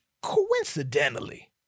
coincidentally